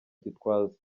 gitwaza